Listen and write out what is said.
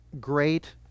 great